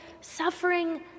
Suffering